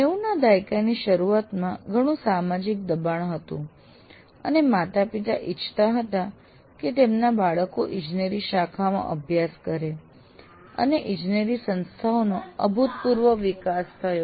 ૯૦ ના દાયકાની શરૂઆતમાં ઘણું સામાજિક દબાણ હતું અને માતાપિતા ઇચ્છતા હતા કે તેમના બાળકો ઇજનેરી શાખામાં અભ્યાસ કરે અને ઇજનેરી સંસ્થાઓનો અભૂતપૂર્વ વિકાસ થયો